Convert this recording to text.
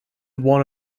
one